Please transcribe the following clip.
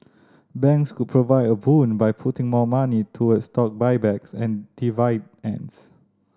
banks could provide a boon by putting more money toward stock buybacks and dividends